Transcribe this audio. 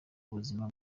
buzima